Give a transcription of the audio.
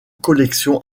collection